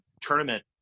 tournament